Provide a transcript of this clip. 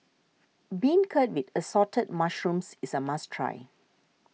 Beancurd with Assorted Mushrooms is a must try